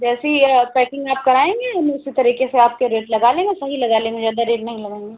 जैसी पैकिंग आप कराएँगी हम उसी तरीके से आपके रेट लगा लेंगे सही लगा लेंगे ज़्यादा रेट नहीं लगाएँगे